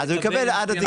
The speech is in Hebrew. אז הוא יקבל עד התקרה.